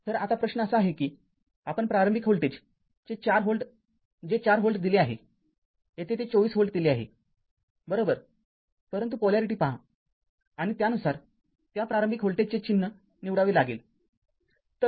तरआता प्रश्न असा आहे कि आणि प्रारंभिक व्होल्टेज जे ४ व्होल्ट दिले आहे येथे ते २४ व्होल्ट दिले आहेबरोबर परंतु पोलॅरिटी पहा आणि त्यानुसार त्या प्रारंभिक व्होल्टेजचे चिन्ह निवडावे लागेल